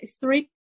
three